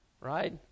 right